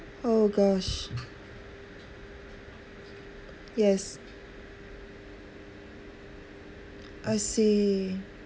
oh gosh yes I see